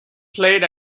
played